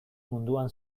munduan